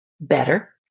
better